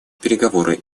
переговоры